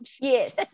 Yes